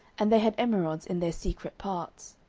and they had emerods in their secret parts.